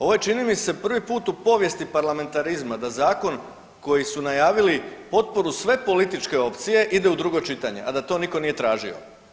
Ovo je čini mi se prvi put u povijesti parlamentarizma da zakon koji su najavili potporu sve političke opcije ide u drugo čitanje, a da to nitko nije tražio.